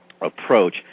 approach